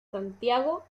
santiago